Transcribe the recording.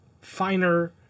finer